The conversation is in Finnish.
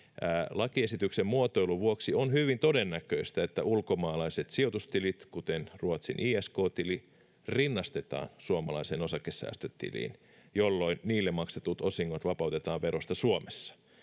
lakiesityksen muotoilun vuoksi on hyvin todennäköistä että ulkomaalaiset sijoitustilit kuten ruotsin isk tili rinnastetaan suomalaiseen osakesäästötiliin jolloin niille maksetut osingot vapautetaan verosta suomessa